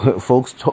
folks